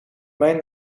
mijn